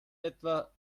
etwa